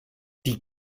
die